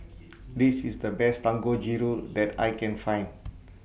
This IS The Best Dangojiru that I Can Find